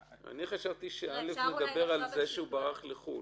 אני חשבתי ש-(א) מדבר על כך שהוא ברח לחו"ל.